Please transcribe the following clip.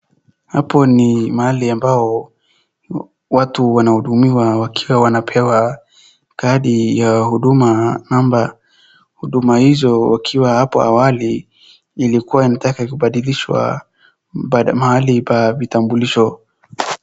Hapo ni mahali ambapo watu wanahudumiwa wakiwa wanapewa kadi ya huduma namba. Huduma hizo wakiwa hapo awali ilikuwa inataka kubadilishwa mahali pa vitambulisho.